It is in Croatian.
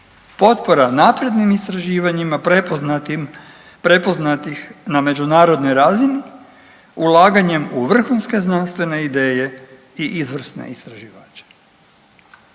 „Potpora naprednim istraživanjima prepoznatih na međunarodnoj razini ulaganjem u vrhunske znanstvene ideje i izvrsne istraživače.“